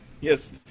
Yes